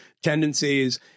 tendencies